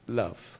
love